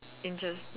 interest